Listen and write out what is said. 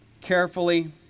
carefully